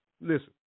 listen